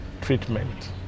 treatment